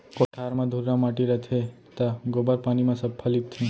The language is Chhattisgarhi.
कोठार म धुर्रा माटी रथे त गोबर पानी म सफ्फा लीपथें